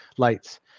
lights